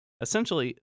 essentially